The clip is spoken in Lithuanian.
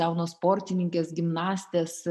jaunos sportininkės gimnastės